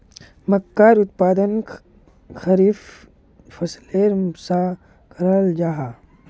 मक्कार उत्पादन खरीफ फसलेर सा कराल जाहा